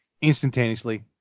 instantaneously